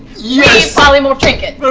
yeah polymorph trinket!